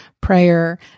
prayer